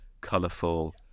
colourful